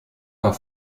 war